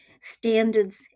Standards